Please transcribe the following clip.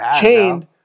chained